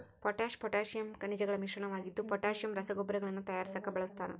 potash potassium ಖನಿಜಗಳ ಮಿಶ್ರಣವಾಗಿದ್ದು potassium ರಸಗೊಬ್ಬರಗಳನ್ನು ತಯಾರಿಸಾಕ ಬಳಸ್ತಾರ